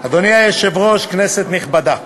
היושב-ראש, כנסת נכבדה,